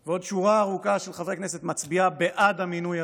ועוד שורה ארוכה של חברי כנסת מצביעים בעד המינוי הזה,